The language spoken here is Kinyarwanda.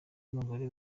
mugore